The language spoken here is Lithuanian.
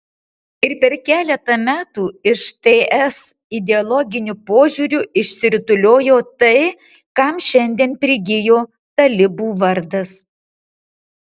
ir per keletą metų iš ts ideologiniu požiūriu išsirutuliojo tai kam šiandien prigijo talibų vardas